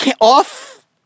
off